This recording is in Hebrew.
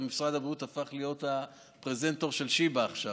משרד הבריאות הפך להיות הפרזנטור של שיבא עכשיו,